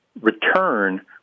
return